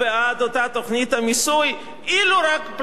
אילו רק פלסנר היה מגיע להבנה.